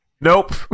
Nope